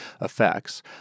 effects